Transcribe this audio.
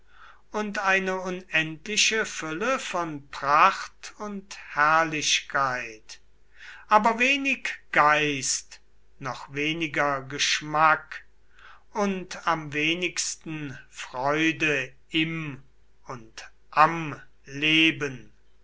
und eine unendliche fülle von pracht und herrlichkeit aber wenig geist noch weniger geschmack und am wenigsten freude im und am leben